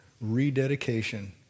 rededication